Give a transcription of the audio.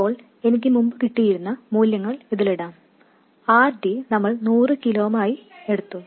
ഇപ്പോൾ എനിക്ക് മുമ്പു കിട്ടിയിരുന്ന മൂല്യങ്ങൾ ഇടാം RD നമ്മൾ നൂറു കിലോ ഓം ആയി എടുത്തു